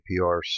APRS